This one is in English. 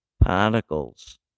particles